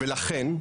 ולכן,